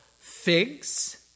figs